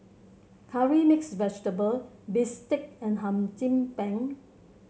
curry mix vegetable bistake and Hum Chim Peng